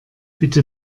bitte